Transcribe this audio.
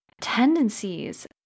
Tendencies